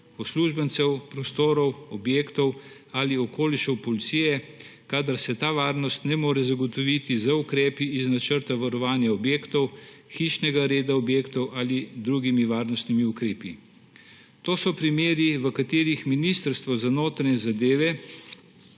uslužbencev, prostorov, objektov ali okolišev policije, kadar se ta varnost ne more zagotoviti z ukrepi iz načrta varovanja objektov, hišnega reda objektov ali drugimi varnostnimi ukrepi. To so primeri, v katerih Ministrstvo za notranje zadeve